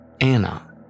Anna